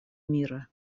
мира